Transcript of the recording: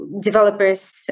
developers